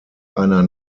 einer